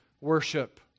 worship